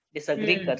Disagree